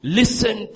listen